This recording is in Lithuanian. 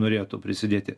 norėtų prisidėti